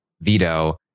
veto